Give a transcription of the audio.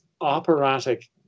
operatic